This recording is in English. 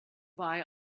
buy